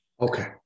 okay